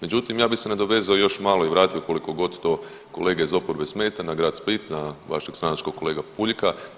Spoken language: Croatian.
Međutim, ja bih se nadovezao još malo i vratio koliko god to kolege iz oporbe smeta na grad Split, na vašeg stranačkog kolegu Puljka.